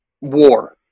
war